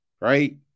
right